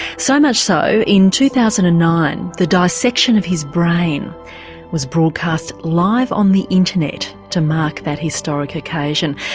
so much so, in two thousand and nine, the dissection of his brain was broadcast live on the internet to mark that historic occasion.